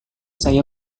saya